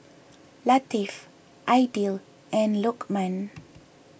Latif Aidil and Lokman